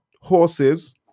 horses